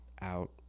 out